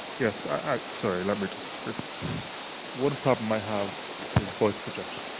yes, ah ah sorry, let me just, this one problem i have is voice projection.